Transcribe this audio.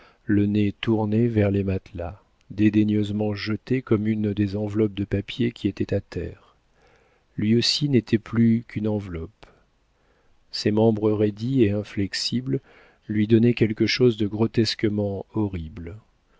le nez tourné vers les matelas dédaigneusement jeté comme une des enveloppes de papier qui étaient à terre lui aussi n'était plus qu'une enveloppe ses membres raidis et inflexibles lui donnaient quelque chose de grotesquement horrible